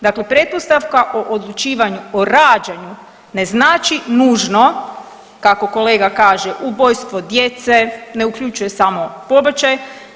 Dakle, pretpostavka o odlučivanju o rađanju ne znači nužno kako kolega kaže ubojstvo djece, ne uključuje samo pobačaj.